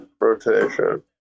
rotation